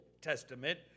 Testament